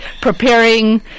preparing